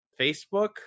facebook